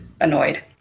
annoyed